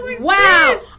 wow